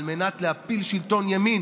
על מנת להפיל שלטון ימין.